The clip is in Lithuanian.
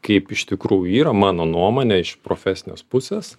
kaip iš tikrųjų yra mano nuomone iš profesinės pusės